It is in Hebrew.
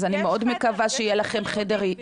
אז אני מאוד מקווה שיהיה לכם חדר --- יש חדר,